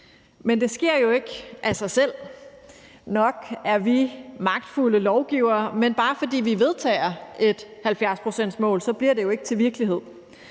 Men det sker jo ikke af sig selv. Nok er vi magtfulde lovgivere, men bare fordi vi vedtager et 70-procentsmål, bliver det jo ikke til virkelighed.